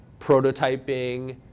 prototyping